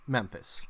Memphis